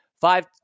five